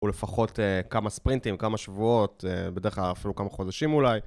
או לפחות כמה ספרינטים, כמה שבועות, בדרך כלל אפילו כמה חודשים אולי.